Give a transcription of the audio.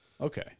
Okay